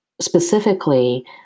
specifically